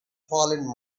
fallen